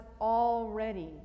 already